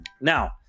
Now